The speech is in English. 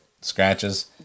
scratches